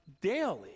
daily